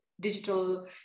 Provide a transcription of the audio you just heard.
digital